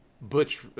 Butch